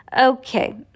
Okay